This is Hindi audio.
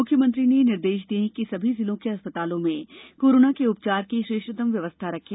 मुख्यमंत्री ने निर्देश दिए कि सभी जिलों में अस्पतालों में कोरोना के उपचार की श्रेष्ठतम व्यवस्था रखें